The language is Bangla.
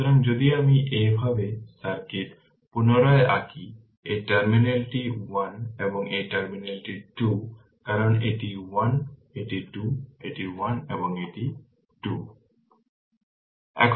সুতরাং যদি আমি এইভাবে সার্কিট পুনরায় আঁকি এই টার্মিনালটি 1 এবং এই টার্মিনালটি 2 কারণ এটি 1 এটি 2 এটি 1 এটি 2